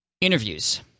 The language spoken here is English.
interviews